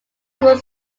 school